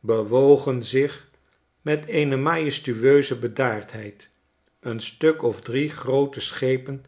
bewogen zich met eene majestueuse bedaardheid een stuk of drie groote schepen